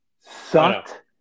sucked